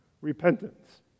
repentance